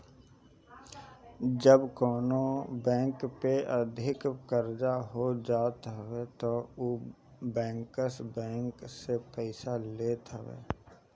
जब कवनो बैंक पे अधिका कर्जा हो जात हवे तब उ बैंकर्स बैंक से पईसा लेत हवे